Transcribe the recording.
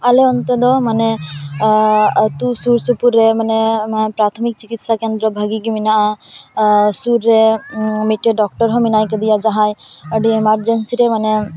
ᱟᱞᱮ ᱚᱱᱛᱮ ᱫᱚ ᱟᱛᱳ ᱥᱩᱨ ᱥᱩᱯᱩᱨ ᱨᱮ ᱢᱟᱱᱮ ᱯᱨᱟᱛᱷᱚᱢᱤᱠ ᱪᱤᱠᱤᱛᱥᱟ ᱠᱮᱱᱫᱨᱚ ᱵᱷᱟᱜᱮ ᱜᱮ ᱢᱮᱱᱟᱜᱼᱟ ᱟᱨ ᱥᱩᱨ ᱨᱮ ᱢᱤᱫᱴᱮᱱ ᱰᱚᱠᱴᱚᱨ ᱦᱚᱸ ᱢᱮᱱᱟᱭ ᱠᱟᱫᱮᱭᱟ ᱡᱟᱦᱟᱸᱭ ᱟᱹᱰᱤ ᱮᱢᱟᱨᱡᱮᱱᱥᱤ ᱨᱮ ᱢᱟᱱᱮ